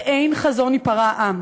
"באין חזון ייפרע עם".